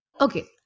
Okay